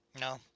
No